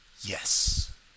yes